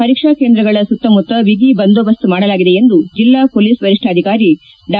ಪರೀಕ್ಷಾ ಕೇಂದ್ರಗಳ ಸುತ್ತಮುತ್ತ ಬಿಗಿ ಬಂದೋಬ್ತ್ ಮಾಡಲಾಗಿದೆ ಎಂದು ಜೆಲ್ಲಾ ಪೊಲೀಸ್ ವರಿಷ್ಣಾಧಿಕಾರಿ ಡಾ